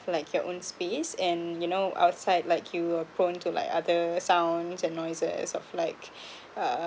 like your own space and you know outside like you are prone to like other sounds and noises of like